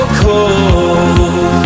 cold